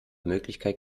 möglichkeit